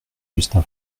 justin